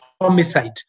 homicide